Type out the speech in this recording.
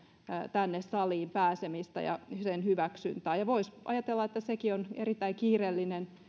tänne saliin pääsemistä ja sen hyväksyntää ja voisi ajatella että sekin on erittäin kiireellinen